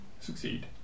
succeed